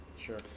sure